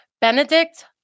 Benedict